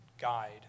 guide